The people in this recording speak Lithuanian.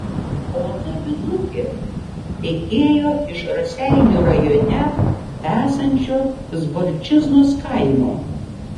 o naminukė tekėjo iš raseinių rajone esančio zborčiznos kaimo